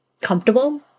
comfortable